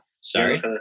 Sorry